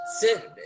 sit